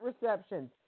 receptions